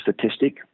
statistic